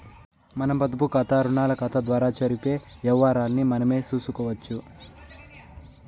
మన పొదుపుకాతా, రుణాకతాల ద్వారా జరిపే యవ్వారాల్ని మనమే సూసుకోవచ్చు